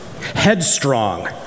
Headstrong